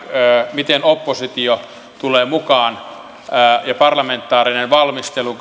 miten oppositio tulee mukaan ja tuleeko parlamentaarinen valmistelu